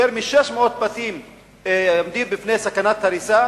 יותר מ-600 בתים עומדים בפני סכנת הריסה,